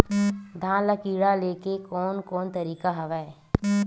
धान ल कीड़ा ले के कोन कोन तरीका हवय?